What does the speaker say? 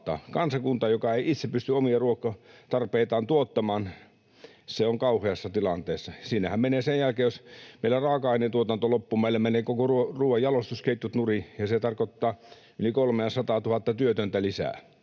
Kansakunta, joka ei itse pysty omia ruokatarpeitaan tuottamaan, on kauheassa tilanteessa. Siinähän, jos meillä raaka-aineen tuotanto loppuu, meillä menevät koko ruoan jalostusketjut nurin, ja se tarkoittaa yli 300 000:ta työtöntä lisää,